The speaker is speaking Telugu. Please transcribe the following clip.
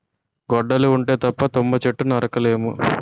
గొడ్డలి ఉంటే తప్ప తుమ్మ చెట్టు నరక లేము